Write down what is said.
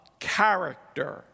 character